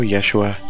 Yeshua